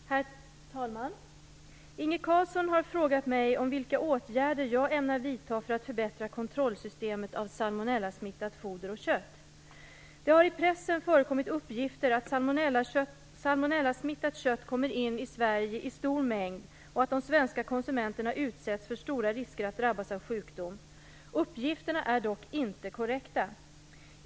Herr talman! Inge Carlsson har frågat mig om vilka åtgärder jag ämnar vidta för att förbättra kontrollsystemet av salmonellasmittat foder och kött. Det har i pressen förekommit uppgifter att salmonellasmittat kött kommer in i Sverige i stor mängd och att de svenska konsumenterna utsätts för stora risker att drabbas av sjukdom. Uppgifterna är dock inte korrekta.